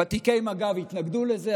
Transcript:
ותיקי מג"ב התנגדו לזה,